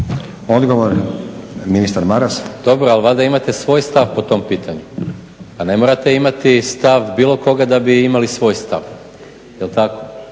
**Maras, Gordan (SDP)** Dobro, ali valjda imate i svoj stav po tom pitanju. Pa ne morate imati stav bilo koga da bi imali svoj stav jel' tako.